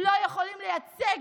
לא יכולים לייצג